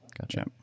gotcha